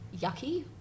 yucky